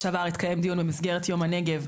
במסגרת יום הנגב,